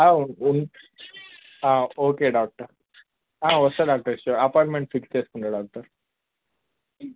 ఉం okay doctor వస్తాను doctor sure appointment fix చేసుకుంటాను doctor